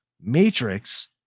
matrix